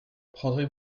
prendrez